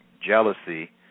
jealousy